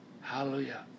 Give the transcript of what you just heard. Hallelujah